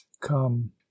come